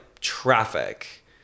traffic